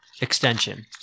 extension